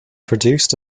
produced